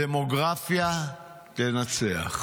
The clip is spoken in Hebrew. הדמוגרפיה תנצח.